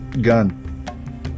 gun